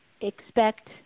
expect